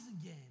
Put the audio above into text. again